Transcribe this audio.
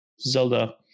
Zelda